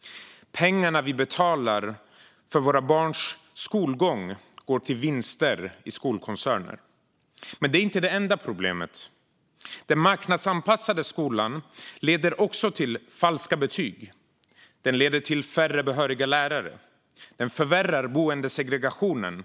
De pengar vi betalar för våra barns skolgång går till vinster i skolkoncerner. Men det är inte det enda problemet. Den marknadsanpassade skolan leder också till falska betyg och färre behöriga lärare. Den förvärrar boendesegregationen,